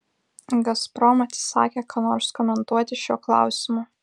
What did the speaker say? gazprom atsisakė ką nors komentuoti šiuo klausimu